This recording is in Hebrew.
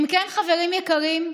אם כן, חברים יקרים,